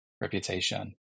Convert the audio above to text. reputation